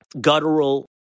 guttural